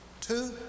Two